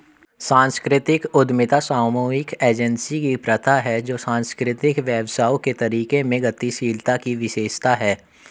सांस्कृतिक उद्यमिता सामूहिक एजेंसी की प्रथा है जो सांस्कृतिक व्यवसायों के तरीकों में गतिशीलता की विशेषता है